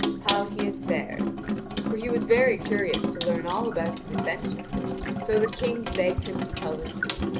how he had fared for he was very curious to learn all about his adventure so the king begs him to tell the truth.